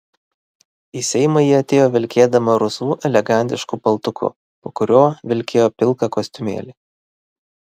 į seimą ji atėjo vilkėdama rusvu elegantišku paltuku po kuriuo vilkėjo pilką kostiumėlį